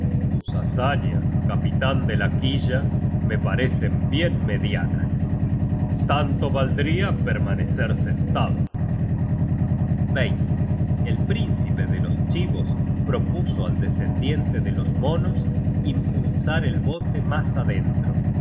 tus hazañas capitan de la quilla me parecen bien medianas tanto valdria permanecer sentado el príncipe de los chibos propuso al descendiente de los monos impulsar el bote mas adentro